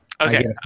Okay